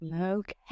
Okay